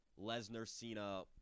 Lesnar-Cena